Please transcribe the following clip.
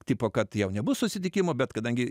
tipo kad jau nebus susitikimo bet kadangi